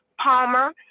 Palmer